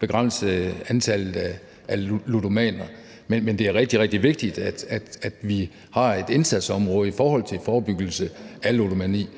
begrænse antallet af ludomaner, men det er rigtig, rigtig vigtigt, at vi har et indsatsområde i forhold til forebyggelse af ludomani.